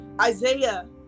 Isaiah